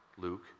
Luke